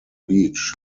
beach